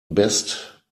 best